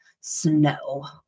Snow